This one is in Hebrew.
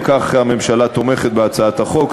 אם כך, הממשלה תומכת בהצעת החוק.